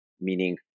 meaning